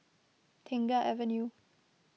Tengah Avenue